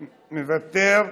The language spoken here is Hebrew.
מוותר,